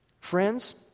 Friends